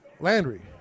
Landry